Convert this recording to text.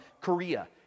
Korea